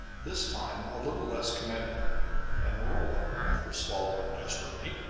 this time a little less commandingly and rolla, after swallowing desperately,